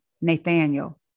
Nathaniel